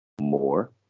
more